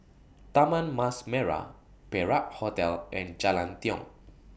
Taman Mas Merah Perak Hotel and Jalan Tiong